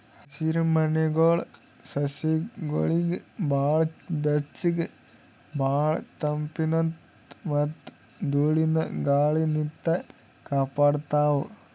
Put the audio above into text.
ಹಸಿರಮನೆಗೊಳ್ ಸಸಿಗೊಳಿಗ್ ಭಾಳ್ ಬೆಚ್ಚಗ್ ಭಾಳ್ ತಂಪಲಿನ್ತ್ ಮತ್ತ್ ಧೂಳಿನ ಗಾಳಿನಿಂತ್ ಕಾಪಾಡ್ತಾವ್